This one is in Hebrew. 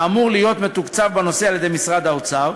האמור להיות מתוקצב בנושא על-ידי משרד האוצר,